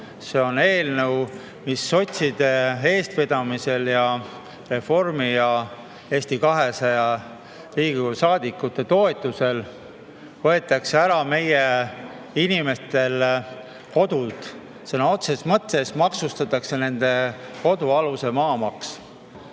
See on eelnõu, millega sotside eestvedamisel ja Reformi[erakonna] ja Eesti 200 Riigikogu saadikute toetusel võetakse ära meie inimestel kodud. Sõna otseses mõttes maksustatakse nende kodu alune maa.